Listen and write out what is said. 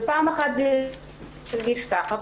פעם אחת זה הרגיש ככה,